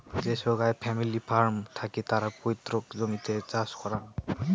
যে সোগায় family farm থাকি তারা পৈতৃক জমিতে চাষ করাং